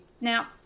Now